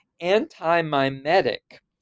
anti-mimetic